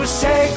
say